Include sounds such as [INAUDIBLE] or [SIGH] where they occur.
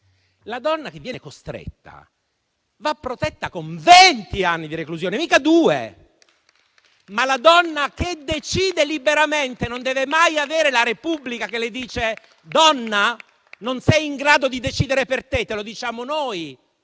La donna che viene costretta va protetta con vent'anni di reclusione, e non due. [APPLAUSE] Ma la donna che decide liberamente non deve mai avere la Repubblica che le dice: «donna, non sei in grado di decidere per te, te lo diciamo noi».